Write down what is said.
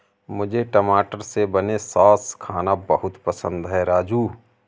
मुझे टमाटर से बने सॉस खाना बहुत पसंद है राजू